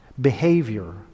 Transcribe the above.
behavior